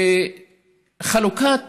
חלוקת